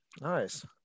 Nice